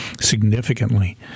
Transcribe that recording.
significantly